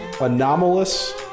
anomalous